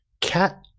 cat